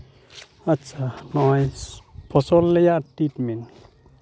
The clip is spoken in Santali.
ᱟᱪᱪᱷᱟ ᱱᱚᱜᱼᱚᱭ ᱯᱷᱚᱥᱚᱞ ᱨᱮᱭᱟᱜ ᱴᱨᱤᱴᱢᱮᱱᱴ